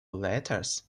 letters